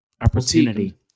opportunity